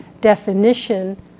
definition